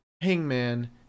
Hangman